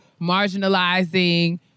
marginalizing